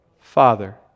Father